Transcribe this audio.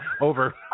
Over